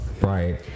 Right